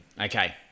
Okay